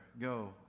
go